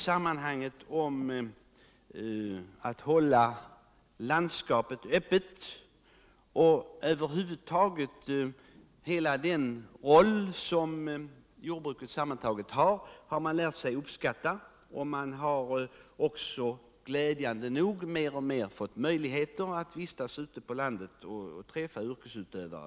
Jordbruket kan hålla landskapet öppet. Man har lärt sig att uppskatta hela den roll som jordbruket över huvud taget har, och glädjande nog har man också mer och mer fått möjligheter att vistas ute på landet där man kunnat träffa yrkesutövare.